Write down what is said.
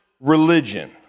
religion